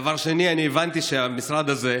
דבר שני, אני הבנתי שהמשרד הזה,